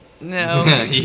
No